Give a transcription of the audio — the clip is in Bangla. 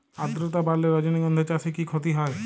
আদ্রর্তা বাড়লে রজনীগন্ধা চাষে কি ক্ষতি হয়?